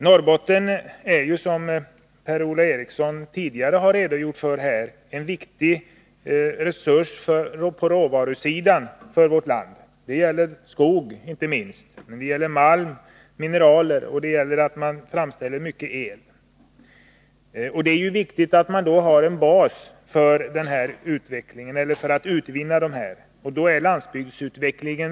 Norrbotten är, som Per-Ola Eriksson redogjort för tidigare i dag, en viktig resurs på råvarusidan. Det gäller inte minst skogen, men det gäller också malm, mineraler och elframställning. Det är då viktigt att vi har en bas för att utvinna dessa tillgångar.